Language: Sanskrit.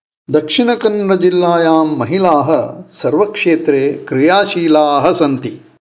दक्षिणकन्नडजिल्लायां महिलाः सर्वक्षेत्रे क्रियाशीलाः सन्ति